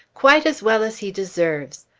quite as well as he deserves!